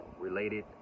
related